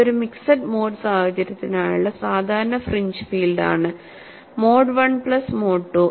ഇത് ഒരു mixed mode സാഹചര്യത്തിനായുള്ള സാധാരണ ഫ്രിഞ്ച് ഫീൽഡാണ് mode I plus mode II